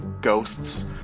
ghosts